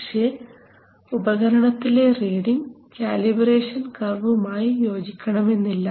പക്ഷേ ഉപകരണത്തിലെ reading calibration കർവുമായി യോജിക്കണം എന്നില്ല